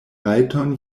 rajton